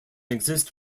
exist